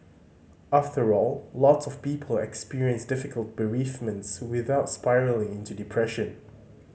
after all lots of people experience difficult bereavements without spiralling into depression